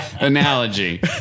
analogy